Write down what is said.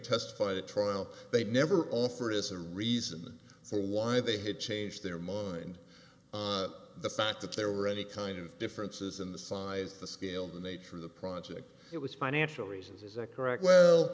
at trial they never offer is a reason for why they had changed their mind the fact that there were any kind of differences in the size of the scale the nature of the project it was financial reasons as a correct well